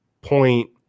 point